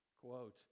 quote